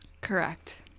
Correct